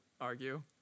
argue